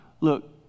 look